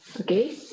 Okay